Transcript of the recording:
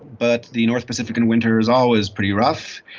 but the north pacific in winter is always pretty rough,